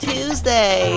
Tuesday